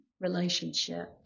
relationship